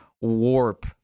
warp